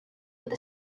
with